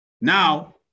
Now